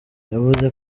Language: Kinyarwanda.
yavuze